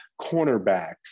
cornerbacks